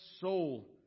soul